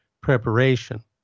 preparation